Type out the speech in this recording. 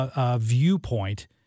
viewpoint